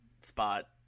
spot